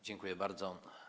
Dziękuję bardzo.